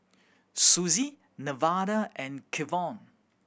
Suzie Nevada and Kevon